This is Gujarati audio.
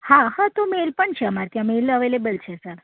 હા હા તો મેલ પણ છે અમારે ત્યાં મેલ અવેલેબલ છે સર